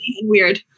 Weird